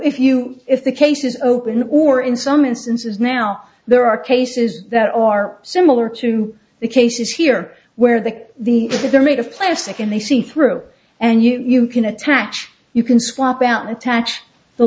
if you if the case is open or in some instances now there are cases that are similar to the cases here where the the if they're made of plastic and they see through and you can attach you can swap out an attached the